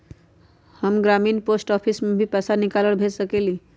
हम ग्रामीण post office से भी पैसा निकाल और भेज सकेली?